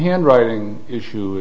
handwriting issue